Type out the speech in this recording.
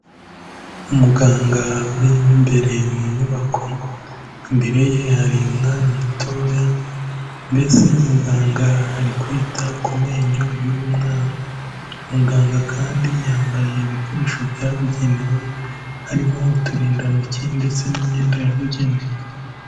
Umuganga uri mo imbere mu nyubako, imbere ye hari umwana mutoya mbese muganga ari kwita ku menyo y'uyu mwana, muganga kandi yambaye ibikoresho byabugenewe harimo uturindantoki ndetse n'imyenda yabugenewe.